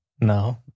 No